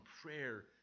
prayer